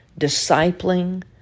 discipling